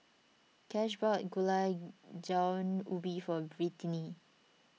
Cash bought Gulai Daun Ubi for Britni